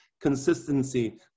consistency